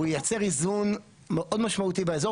הוא ייצר איזון מאוד משמעותי באזור